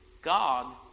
God